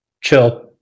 chill